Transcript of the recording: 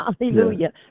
Hallelujah